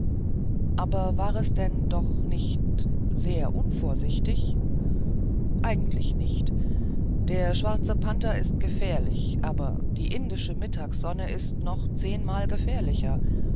aber war es denn doch nicht sehr unvorsichtig eigentlich nicht ein schwarzer panther ist gefährlich aber die indische mittagssonne ist noch zehnmal gefährlicher